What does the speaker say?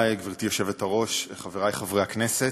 (הוספת נציג ארגון המהנדסים והאדריכלים העצמאיים למועצת